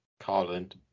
Carland